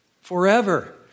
Forever